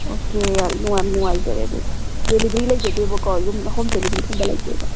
okay ꯌꯥꯝ ꯅꯨꯉꯥꯏꯖꯔꯦ ꯑꯗꯨꯗꯤ ꯗꯦꯂꯤꯕꯔꯤ ꯂꯩꯖꯗꯦꯕꯀꯣ ꯍꯣꯝ ꯗꯦꯂꯤꯕꯔꯤꯒꯨꯝꯕ ꯂꯩꯇꯦꯕ